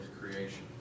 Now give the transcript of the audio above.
creation